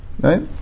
Right